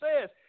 says